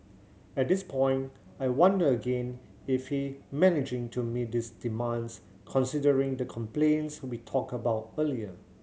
at this point I wonder again if he managing to meet these demands considering the complaints we talked about earlier